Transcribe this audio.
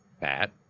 bat